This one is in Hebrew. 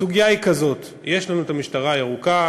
הסוגיה היא כזאת: יש לנו המשטרה הירוקה,